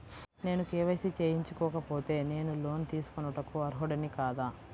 నేను కే.వై.సి చేయించుకోకపోతే నేను లోన్ తీసుకొనుటకు అర్హుడని కాదా?